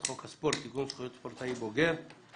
חוק הספורט (תיקון זכויות ספורטאי בוגר של